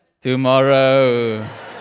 tomorrow